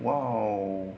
!wow!